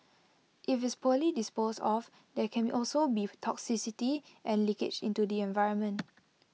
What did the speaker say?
if it's poorly disposed of there can also be toxicity and leakage into the environment